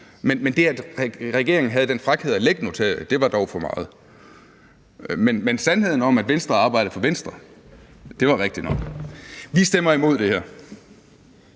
men det, at regeringen havde den frækhed at lække notatet, var dog for meget. Men udsagnet om, at Venstre arbejdede for Venstre, var rigtigt nok. Vi stemmer imod det her.